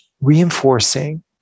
reinforcing